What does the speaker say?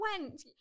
went